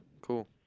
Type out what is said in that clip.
cool